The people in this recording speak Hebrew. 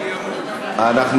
אבו עראר, ליצמן,